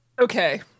okay